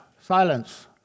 silence